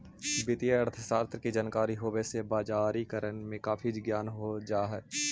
वित्तीय अर्थशास्त्र की जानकारी होवे से बजारिकरण का काफी ज्ञान हो जा हई